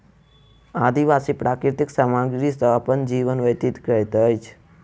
आदिवासी प्राकृतिक सामग्री सॅ अपन जीवन व्यतीत करैत अछि